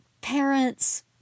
parents